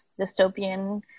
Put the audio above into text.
dystopian